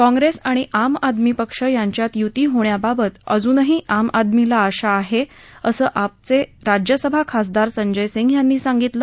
काँप्रस्तीआणि आम आदमी पक्ष यांच्यात यूती होण्याबाबक अजूनही आम आदमीला आशा आह असं आपचजिज्यसभा खासदार संजय सिंग यांनी सांगितलं